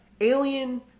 alien